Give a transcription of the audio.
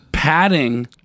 padding